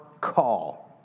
call